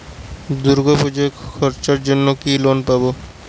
দূর্গাপুজোর খরচার জন্য কি লোন পাব?